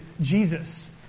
Jesus